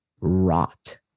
rot